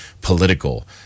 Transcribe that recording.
political